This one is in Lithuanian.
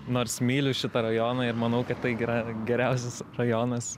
nors myliu šitą rajoną ir manau kad tai yra geriausias rajonas